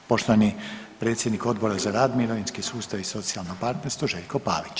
Poštovani predsjednik Odbora za rad, mirovinski sustav i socijalno partnerstvo Željko Pavić.